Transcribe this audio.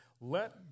Let